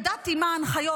ידעתי מה ההנחיות,